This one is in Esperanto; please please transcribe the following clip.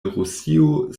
rusio